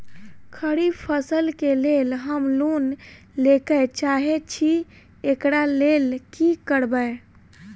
खरीफ फसल केँ लेल हम लोन लैके चाहै छी एकरा लेल की करबै?